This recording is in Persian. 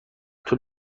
طول